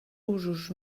usos